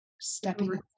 stepping